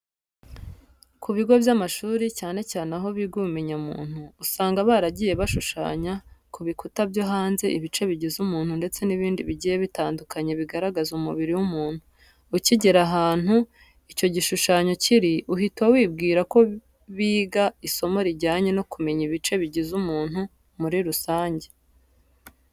Ku bigo by'amashuri cyane cyane aho biga ubumenyamuntu, usanga baragiye bashushanya ku bikuta byo hanze ibice bigize umuntu ndetse n'ibindi bigiye bitandukanye bigaragaza umubiri w'umuntu. Ukigera ahantu icyo gishushanyo kiri uhita wibwira ko biga isomo rijyanye no kumenya ibice bigize umuntu muri rusange.